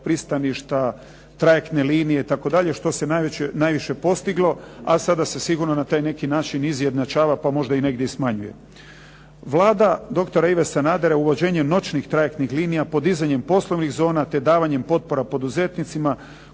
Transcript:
pristaništa, trajektne linije itd. što se najviše postiglo, a sada se sigurno na taj način izjednačava pa možda negdje i smanjuje. Vlada doktora Ive Sanadera i uvođenje noćnih trajektnih linija, podizanjem poslovnih zona, te davanjem potpora poduzetnicima